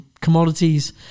commodities